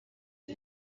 les